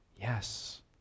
Yes